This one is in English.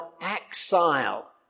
exile